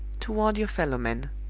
toward your fellow-men.